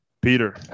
Peter